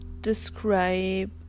describe